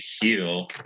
heal